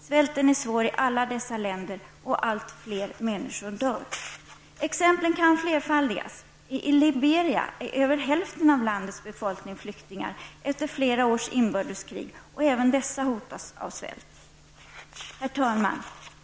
Svälten är svår i alla dessa länder och allt fler människor dör. Exemplen kan flerfaldigas. I Liberia är över hälften av landets befolkning flyktingar efter flera års inbördeskrig. Även dessa människor hotas av svält. Herr talman!